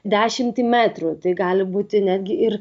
dešimtį metrų tai gali būti netgi ir